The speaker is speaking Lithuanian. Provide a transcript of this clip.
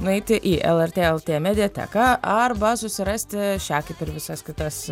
nueiti į lrt lt mediateką arba susirasti šią kaip ir visas kitas